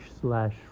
slash